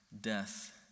death